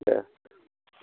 दे